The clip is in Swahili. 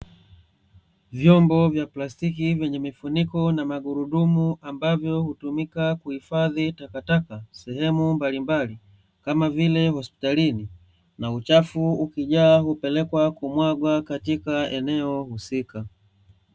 Vyombo vya plastiki vyenye mifuniko na magurudumu ambavyo hutumika kuhifadhi takataka sehemu mbalimbali, kama vile hospitalini na uchafu ukijaa hupelekwa kumwagwa katika eneo husika.